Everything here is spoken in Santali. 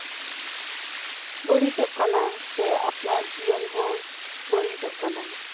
ᱵᱟᱹᱲᱤᱡᱚᱜ ᱠᱟᱱᱟ ᱥᱮ ᱟᱯᱱᱟᱨ ᱡᱤᱭᱚᱱ ᱦᱚᱸ ᱵᱟᱹᱲᱤᱡᱚᱜ ᱠᱟᱱᱟ